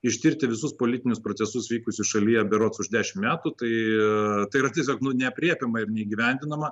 ištirti visus politinius procesus vykusius šalyje berods už dešimt metų tai tai yra tiesiog nu neaprėpiama ir neįgyvendinama